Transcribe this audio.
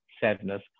sadness